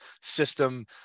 system